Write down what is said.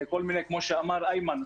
כמו שאמר איימן,